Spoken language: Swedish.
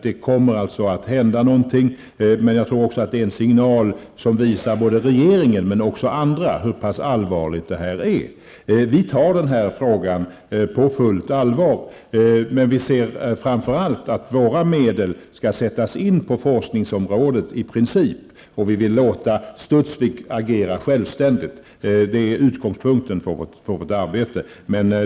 Det kommer alltså att hända någonting, men jag tror att det också är en signal som visar inte bara regeringen, utan också andra, hur pass allvarligt det är. Vi tar den här frågan på fullt allvar, men vi anser framför allt att våra medel i princip skall sättas in på forskningsområdet, och vi vill låta Studsvik agera självständigt. Det är utgångspunkten för vårt arbete.